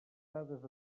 dades